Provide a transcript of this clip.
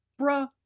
bruh